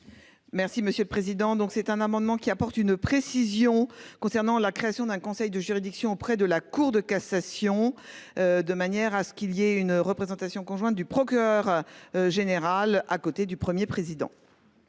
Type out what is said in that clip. Merci, monsieur le Président, donc c'est un amendement qui apporte une précision concernant la création d'un conseil de juridiction auprès de la Cour de cassation. De manière à ce qu'il y ait une représentation conjointe du procureur. Général à côté du 1er président.